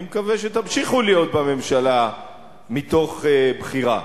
אתם בממשלה מתוך בחירה,